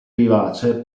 vivace